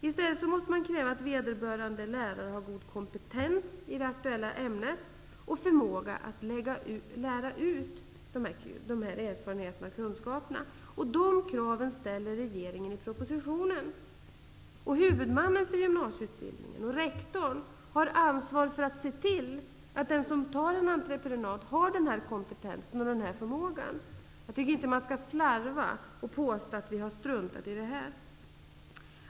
I stället måste man kräva att vederbörande lärare har god kompetens i det aktuella ämnet och förmåga att lära ut de kunskaperna. De kraven ställer regeringen i propositionen. Huvudmannen för gymnasieutbildningen och rektorn har ansvar för att se till att den som tar en entreprenad har den kompetensen och den förmågan. Jag tycker inte att man skall slarva och påstå att vi har struntat i det här.